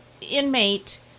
inmate